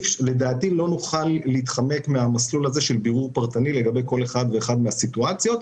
לא נוכל להתחמק מהמסלול הפרטני לגבי כל אחת ואחת מהסיטואציות.